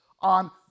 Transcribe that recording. on